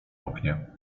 oknie